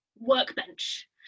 workbench